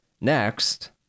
Next